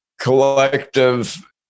collective